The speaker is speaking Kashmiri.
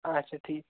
آچھا ٹھیٖک